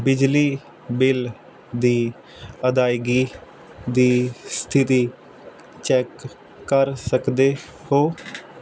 ਬਿਜਲੀ ਬਿੱਲ ਦੀ ਅਦਾਇਗੀ ਦੀ ਸਥਿਤੀ ਚੈਕ ਕਰ ਸਕਦੇ ਹੋ